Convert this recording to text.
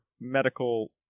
medical